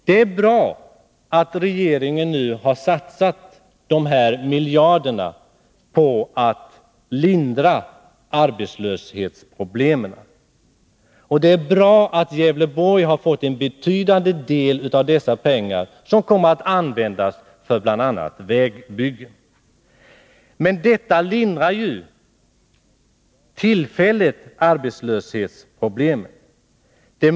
Det är bra att regeringen nu har satsat dessa miljarder på att lindra arbetslöshetens problem. Och det är bra att Gävleborgs län har fått en betydande del av dessa pengar, som kommer att användas för bl.a. vägbygge. Men det lindrar bara tillfälligt arbetslöshetsproblemen.